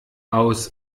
aus